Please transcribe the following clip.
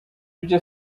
ibyo